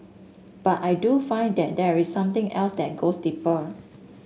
but I do find that there is something else that goes deeper